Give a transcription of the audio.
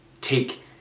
Take